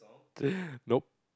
nope